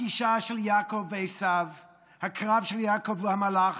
הפגישה של יעקב ועשיו, הקרב של יעקב והמלאך,